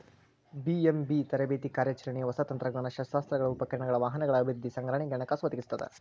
BMB ತರಬೇತಿ ಕಾರ್ಯಾಚರಣೆ ಹೊಸ ತಂತ್ರಜ್ಞಾನ ಶಸ್ತ್ರಾಸ್ತ್ರಗಳ ಉಪಕರಣಗಳ ವಾಹನಗಳ ಅಭಿವೃದ್ಧಿ ಸಂಗ್ರಹಣೆಗೆ ಹಣಕಾಸು ಒದಗಿಸ್ತದ